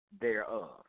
thereof